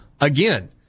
again